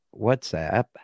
WhatsApp